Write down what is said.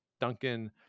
Duncan